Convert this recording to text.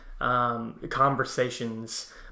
Conversations